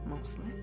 Mostly